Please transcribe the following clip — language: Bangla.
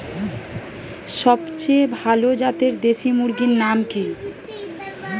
সবচেয়ে ভালো জাতের দেশি মুরগির নাম কি?